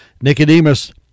Nicodemus